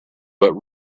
but